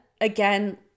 again